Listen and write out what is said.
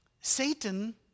Satan